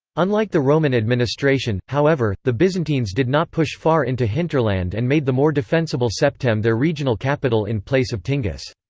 unlike the roman administration, however, the byzantines did not push far into hinterland and made the more defensible septem their regional capital in place of tingis.